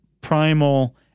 primal